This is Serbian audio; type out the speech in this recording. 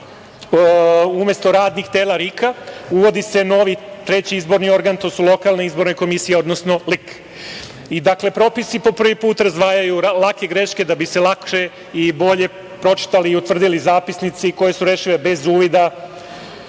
umesto radnih tela RIK, uvodi se novi treći izborni organ, to su lokalne izborne komisije, odnosno LIK.Dakle, propisi po prvi put razdvajaju lake greške, da bi se lakše i bolje utvrdili zapisnici, koje su rešile bez uvida,